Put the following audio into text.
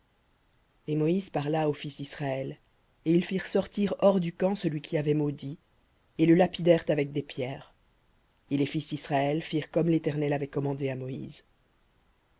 et moïse parla aux fils d'israël et ils firent sortir hors du camp celui qui avait maudit et le lapidèrent avec des pierres et les fils d'israël firent comme l'éternel avait commandé à moïse